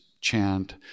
chant